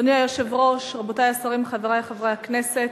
אדוני היושב-ראש, רבותי השרים, חברי חברי הכנסת,